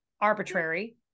Arbitrary